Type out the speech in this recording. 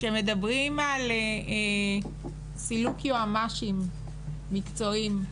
כשמדברים על סילוק יועמ"שים מקצועיים,